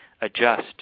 adjust